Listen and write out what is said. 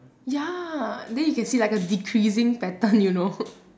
ya then you can see like a decreasing pattern you know